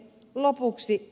lopuksi